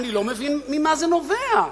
אני לא מבין ממה זה נובע.